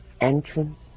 entrance